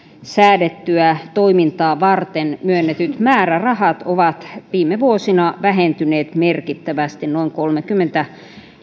säädettyä toimintaa varten myönnetyt määrärahat ovat viime vuosina vähentyneet merkittävästi noin kolmekymmentä